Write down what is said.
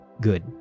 good